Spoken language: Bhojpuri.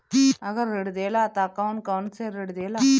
अगर ऋण देला त कौन कौन से ऋण देला?